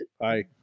Hi